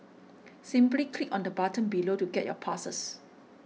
simply click on the button below to get your passes